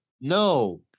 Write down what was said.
No